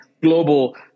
global